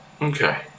Okay